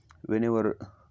Whenever